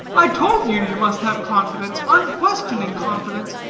i told you, you must have confidence, unquestioning confidence,